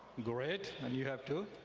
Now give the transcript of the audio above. great, and you have too.